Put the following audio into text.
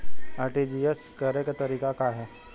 RTGS करे के तरीका का हैं?